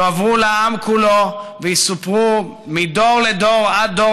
יועברו לעם כולו ויסופרו מדור לדור עד דור